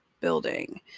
building